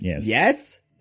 Yes